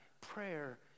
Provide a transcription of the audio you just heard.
prayer